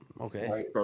Okay